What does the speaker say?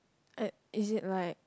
uh it is like